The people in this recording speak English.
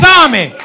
army